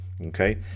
Okay